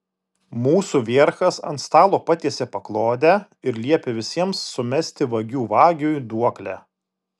mūsų vierchas ant stalo patiesė paklodę ir liepė visiems sumesti vagių vagiui duoklę